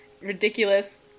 ridiculous